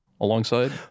alongside